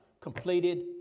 Completed